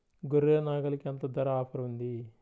గొర్రె, నాగలికి ఎంత ధర ఆఫర్ ఉంది?